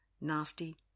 nasty